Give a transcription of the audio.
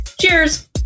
Cheers